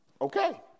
okay